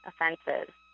offenses